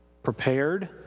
prepared